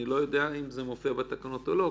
אני לא יודע אם זה מופיע בתקנות או לא,